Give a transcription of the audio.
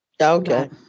Okay